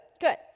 good